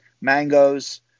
Mangoes